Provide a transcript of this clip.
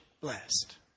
blessed